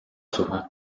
suhe